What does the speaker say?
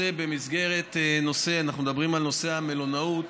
במסגרת הנושא, אנחנו מדברים על נושא המלונאות,